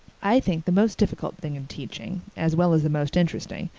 i think the most difficult thing in teaching, as well as the most interesting,